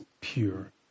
pure